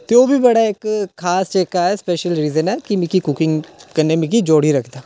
ते ओह् बी बड़ा इक खास जेह्का ऐ स्पैशल सीजन ऐ कि मिकी कुकिंग कन्नै मिकी जोड़ी रखदा